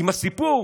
עם הסיפור